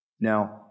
Now